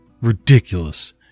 Ridiculous